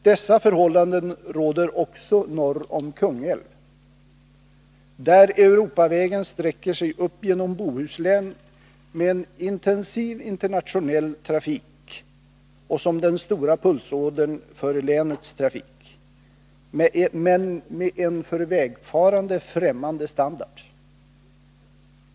Dessa förhållanden råder också norr om Kungälv, där Europavägen sträcker sig upp genom Bohuslän med en intensiv internationell trafik och som den stora pulsådern för länets trafik men med en för vägfarande främmande standard.